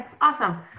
awesome